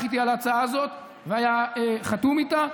איתי על ההצעה הזאת והיה חתום עליה,